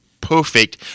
perfect